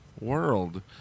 world